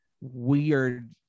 weird